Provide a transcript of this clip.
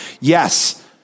Yes